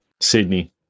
Sydney